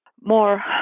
more